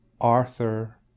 Arthur